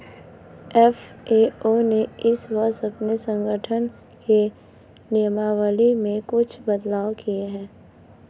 FAO ने इस वर्ष अपने संगठन के नियमावली में कुछ बदलाव किए हैं